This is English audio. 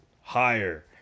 Higher